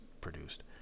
produced